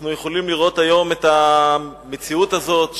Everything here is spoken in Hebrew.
אנחנו יכולים לראות היום את המציאות הזאת,